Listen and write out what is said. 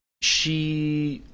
she